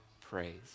praise